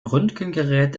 röntgengerät